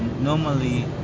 normally